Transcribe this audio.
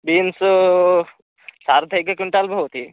beans सार्ध एक quintal भवति